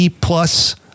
Plus